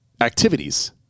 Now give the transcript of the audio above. activities